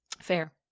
fair